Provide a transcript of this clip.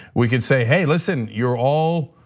we could say, hey, listen, you're all